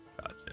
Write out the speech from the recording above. Gotcha